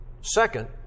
Second